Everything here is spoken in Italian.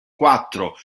quattro